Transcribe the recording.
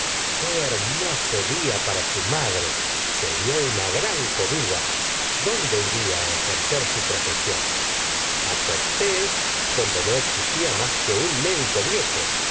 qué hermoso día para su madre se dió una gran comida dónde iría ejercer su profesión a tostes donde no existía más que un médico viejo